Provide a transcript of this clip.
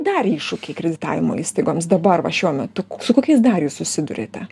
dar iššūkį kreditavimo įstaigoms dabar va šiuo metu su kokiais dar jūs susiduriate